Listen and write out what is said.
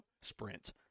sprint